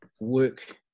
work